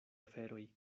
aferoj